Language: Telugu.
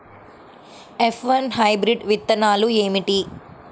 ఎఫ్ వన్ హైబ్రిడ్ విత్తనాలు ఏమిటి?